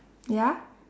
ya